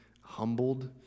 humbled